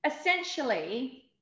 essentially